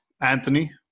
Anthony